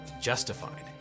justified